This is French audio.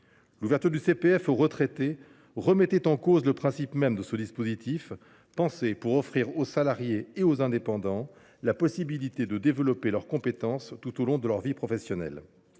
L’ouverture du CPF aux retraités remettait en cause le principe même de ce dispositif, pensé pour offrir aux salariés et aux indépendants la possibilité de développer leurs compétences tout au long de leur vie professionnelle